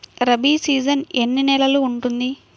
Rabi season ఎన్ని నెలలు ఉంటుంది?